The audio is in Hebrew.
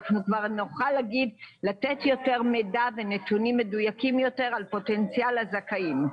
נוכל לתת יותר מידע ונתונים מדויקים על פוטנציאל הזכאים.